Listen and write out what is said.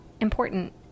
important